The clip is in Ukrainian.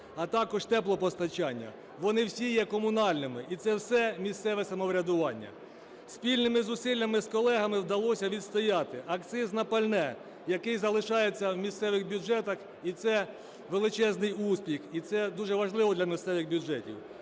а також теплопостачання. Вони всі є комунальними, і це все місцеве самоврядування. Спільними зусиллями з колегами вдалося відстояти акциз на пальне, який залишається у місцевих бюджетах. І це величезний успіх, і це дуже важливо для місцевих бюджетів.